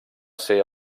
ser